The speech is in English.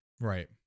Right